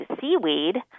seaweed